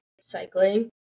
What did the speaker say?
cycling